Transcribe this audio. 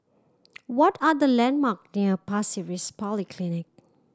what are the landmark near Pasir Ris Polyclinic